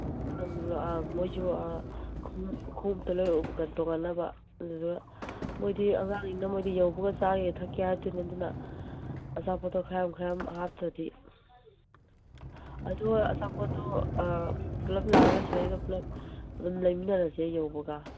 ꯑꯪ ꯃꯣꯏꯁꯨ ꯈꯣꯡꯎꯞ ꯈꯣꯡꯎꯞꯇꯣ ꯂꯩꯔꯨꯔ ꯇꯣꯡꯍꯟꯅꯕ ꯑꯗꯨꯗꯨꯒ ꯃꯣꯏꯗꯤ ꯑꯉꯥꯡꯅꯤꯅ ꯃꯣꯏꯗꯤ ꯌꯧꯕꯒ ꯆꯥꯒꯦ ꯊꯛꯀꯦ ꯍꯥꯏꯔꯛꯇꯣꯏꯅꯤ ꯑꯗꯨꯅ ꯑꯆꯥꯄꯣꯠꯇꯣ ꯈꯔ ꯌꯥꯝ ꯈꯔ ꯌꯥꯝ ꯍꯥꯞꯇ꯭ꯔꯗꯤ ꯑꯗꯣ ꯑꯆꯥꯄꯣꯠꯇꯣ ꯄꯨꯂꯞ ꯂꯥꯛꯑꯒ ꯁꯤꯗꯩꯗ ꯄꯨꯂꯞ ꯑꯗꯨꯝ ꯂꯩꯃꯤꯟꯅꯔꯁꯦ ꯌꯧꯕꯒ